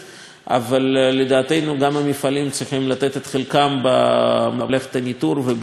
אבל לדעתנו גם המפעלים צריכים לתת את חלקם במלאכת הניטור ובמימון שלה,